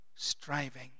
striving